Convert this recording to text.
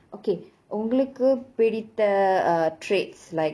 okay உங்களுக்கு பிடித்த:ungalukku piditha uh traits like